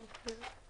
אחר כך.